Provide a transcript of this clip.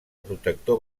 protector